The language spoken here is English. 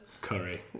curry